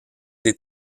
des